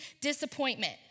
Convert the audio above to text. disappointment